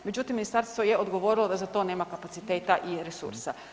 Međutim, ministarstvo je odgovorilo da za to nema kapaciteta i resursa.